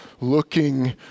looking